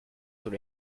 tous